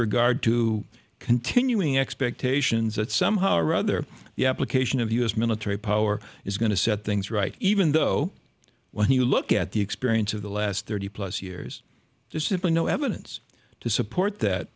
regard to continuing expectations that somehow or other the application of u s military power is going to set things right even though when you look at the experience of the last thirty plus years there's simply no evidence to support that